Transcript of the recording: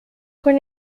con